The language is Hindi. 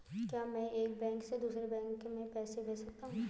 क्या मैं एक बैंक से दूसरे बैंक में पैसे भेज सकता हूँ?